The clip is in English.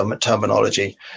terminology